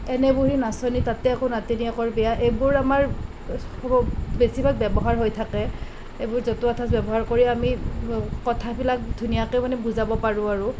এনেই বুঢ়ী নাচনী তাতে আকৌ নাতিনীয়েকৰ বিয়া এইবোৰ আমাৰ বেছি ভাগ ব্যৱহাৰ হৈ থাকে এইবোৰ জতুৱা ঠাঁচ ব্যৱহাৰ কৰি আমি কথাবিলাক ধুনীয়াকৈ মানে বুজাব পাৰোঁ আৰু